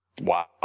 Wow